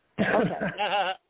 Okay